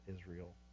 Israel